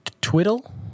twiddle